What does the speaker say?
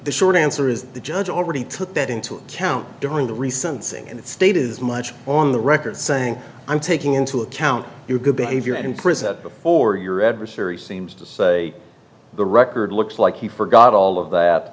the short answer is the judge already took that into account during the recent saying in that state is much on the record saying i'm taking into account your good behavior in prison before your adversary seems to say the record looks like he forgot all of that